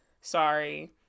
Sorry